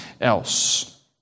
else